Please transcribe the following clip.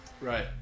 Right